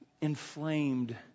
inflamed